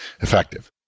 effective